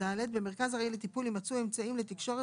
(ד)במרכז ארעי לטיפול יימצאו אמצעים לתקשורת